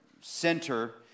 center